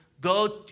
go